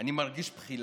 אני מרגיש בחילה.